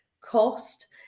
cost